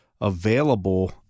available